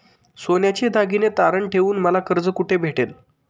सोन्याचे दागिने तारण ठेवून मला कर्ज कुठे भेटेल?